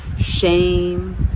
shame